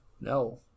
No